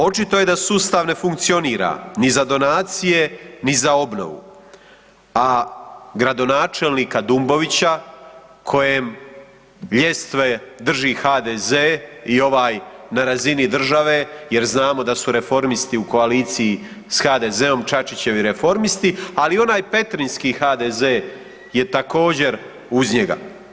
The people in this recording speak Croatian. Očito je da sustav ne funkcionira ni za donacije, ni za obnovu, a gradonačelnika Dumbovića kojem ljestve drži HDZ i ovaj na razini države jer znamo da su Reformisti u koaliciji sa HDZ-om, Čačićevi Reformisti ali i onaj petrinjski HDZ je također uz njega.